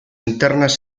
internas